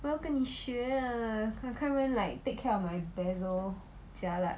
我要跟你学 ah I can't even like take care of my basil jialat